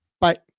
Bye